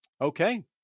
Okay